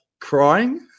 crying